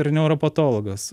ir neuropatologas